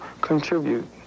contribute